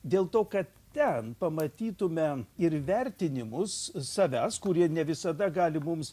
dėl to kad ten pamatytume ir vertinimus savęs kurie ne visada gali mums